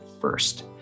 first